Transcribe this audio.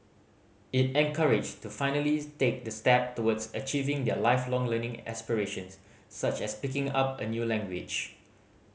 it encouraged to finally take the step towards achieving their Lifelong Learning aspirations such as picking up a new language